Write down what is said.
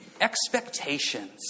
expectations